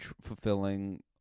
fulfilling